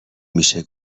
میشه